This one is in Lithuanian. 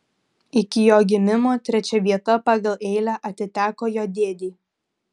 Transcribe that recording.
iki jo gimimo trečia vieta pagal eilę atiteko jo dėdei